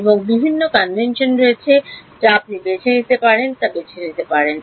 এমন বিভিন্ন কনভেনশন রয়েছে যা আপনি বেছে নিতে পারেন তা বেছে নিতে পারেন